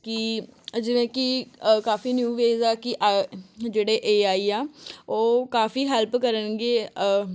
ਕਿ ਅ ਜਿਵੇਂ ਕਿ ਕਾਫੀ ਨਿਊ ਵੇਜ਼ ਆ ਕਿ ਆ ਜਿਹੜੇ ਏ ਆਈ ਆ ਉਹ ਕਾਫੀ ਹੈਲਪ ਕਰਨਗੇ